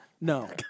No